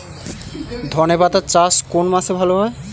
ধনেপাতার চাষ কোন মাসে ভালো হয়?